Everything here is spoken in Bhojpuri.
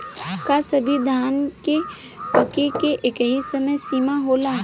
का सभी धान के पके के एकही समय सीमा होला?